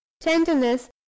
tenderness